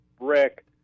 Rick